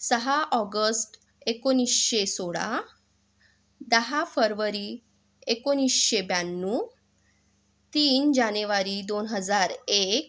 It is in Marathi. सहा ऑगस्ट एकोणिसशे सोळा दहा फरवरी एकोणिसशे ब्याण्णव तीन जानेवारी दोन हजार एक